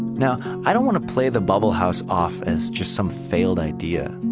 now, i don't want to play the bubble house off as just some failed idea.